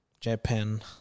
Japan